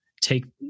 take